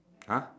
!huh!